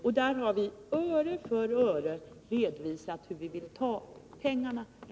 Och vi har, öre för öre, redovisat hur vi vill ta pengarna.